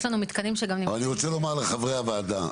יש לנו מתקנים --- אני רוצה רגע לומר לכל הוועדה,